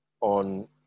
on